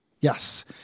Yes